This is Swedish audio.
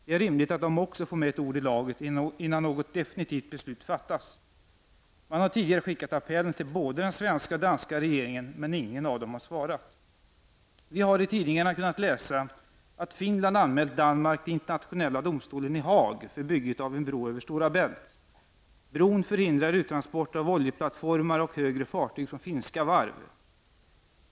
Det är rimligt att de också får med ett ord i laget innan något definitivt beslut fattas. Man har tidigare skickat apellen till både den svenska och den danska regeringen, men ingen av dem har svarat. Vi har i tidningarna kunnat läsa att Finland anmält Danmark till internationella domstolen i Haag för bygget av en bro över Stora Bält. Bron hindrar uttransporter av oljeplattformar och högre fartyg från finska varv.